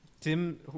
Tim